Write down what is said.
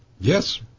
Yes